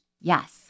Yes